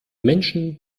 menschen